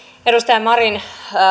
edustaja marin